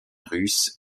russe